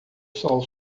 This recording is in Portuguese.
sol